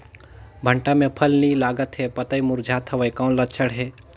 भांटा मे फल नी लागत हे पतई मुरझात हवय कौन लक्षण हे?